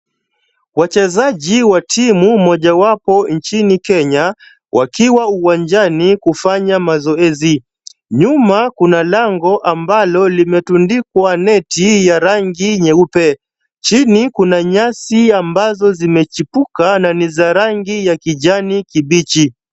Wachezaji wa timu mojawapo nchini Kenya wakiwa uwanjani kufanya mazoezi. Nyuma kuna lango ambalo limetundikwa neti ya rangi nyeupe. Chini kuna nyasi ambazo zimechipuka na ni za rangi ya kijani kibichi.